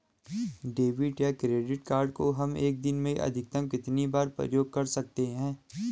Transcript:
Debit या credit card को हम एक दिन में अधिकतम कितनी बार प्रयोग कर सकते हैं?